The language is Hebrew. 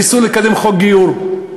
ניסו לקדם חוק גיור.